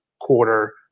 quarter